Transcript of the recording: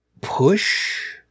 push